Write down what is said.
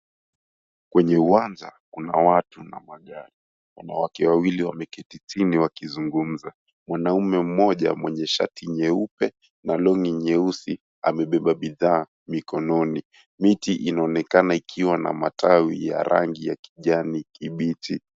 Kwenye uwanja kuna watu na magari. Wanawake wawili wameketi chini wakizungumza. Mwanaume mmoja mwenye shati nyeupe na longi nyeusi amebeba bidhaa mikononi. Miti inaonekana ikiwa na matawi ya rangi ya kijani kibichi.